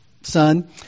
son